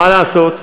מה לעשות?